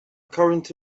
current